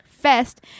Fest